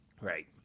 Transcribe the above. Right